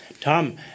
Tom